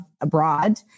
abroad